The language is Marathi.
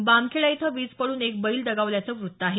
बामखेडा इथं वीज पडून एक बैल दगावल्याचं वृत्त आहे